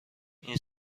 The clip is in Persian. این